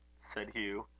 said hugh,